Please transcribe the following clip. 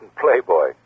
playboy